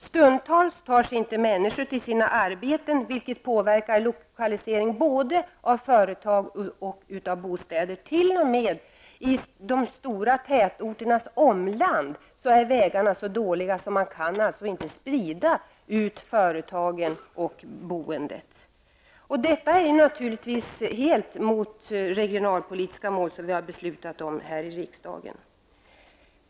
Stundtals tar sig inte människor till sina arbeten, vilket påverkar lokalisering både av företag och av bostäder. T.o.m. i de stora tätorternas omland är nu vägarna så dåliga att företagen och boendet inte kan spridas ut. Detta strider naturligtvis helt mot de regionalpolitiska mål som vi beslutat om här i riksdagen.